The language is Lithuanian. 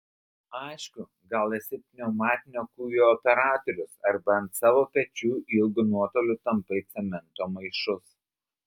aišku gal esi pneumatinio kūjo operatorius arba ant savo pečių ilgu nuotoliu tampai cemento maišus